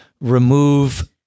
remove